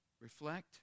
Reflect